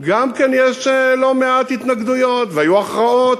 גם כן יש לא מעט התנגדויות, והיו הכרעות.